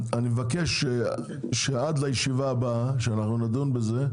אני מבקש שעד לישיבה הבאה שאנחנו נדון בזה,